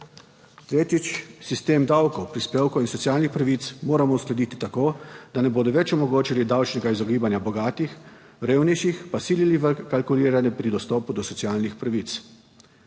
Tretjič, sistem davkov prispevkov in socialnih pravic moramo uskladiti tako, da ne bodo več omogočili davčnega izogibanja bogatih, revnejših pa silili v kalkuliranje pri dostopu do socialnih pravic.